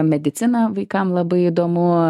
medicina vaikam labai įdomu